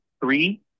three